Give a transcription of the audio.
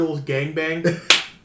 gangbang